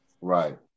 right